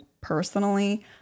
personally